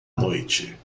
noite